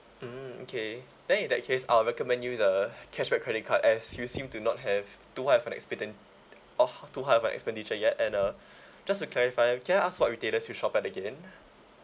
mm okay then in that case I'll recommend you the cashback credit card as you seem to not have to have expende~ oh to have a expenditure yet and uh just to clarify I can ask what retailers you shop at again